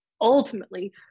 ultimately